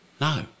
No